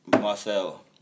Marcel